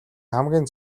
хамгийн